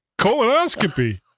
colonoscopy